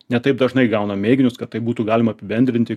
ne taip dažnai gaunam mėginius kad tai būtų galima apibendrinti